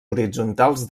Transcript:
horitzontals